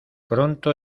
pronto